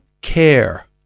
care